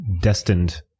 destined